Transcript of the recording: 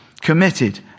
committed